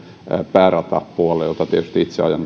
pääratapuolta tietysti itse ajan